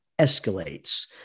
escalates